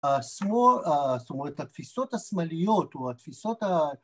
‫זאת אומרת, התפיסות השמאליות ‫או התפיסות ה...